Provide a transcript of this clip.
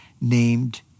named